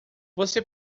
você